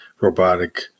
robotic